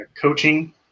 coaching